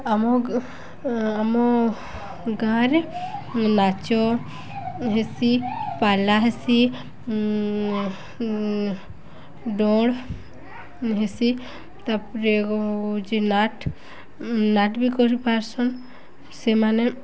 ଆମ ଆମ ଗାଁରେ ନାଚ ହେସି ପାଲା ହେସି ଡ଼ୋଳ୍ ହେସି ତାପରେ ହେଉଛି ନାଟ୍ ନାଟ୍ ବି କରିପାର୍ସନ୍ ସେମାନେ